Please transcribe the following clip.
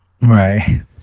Right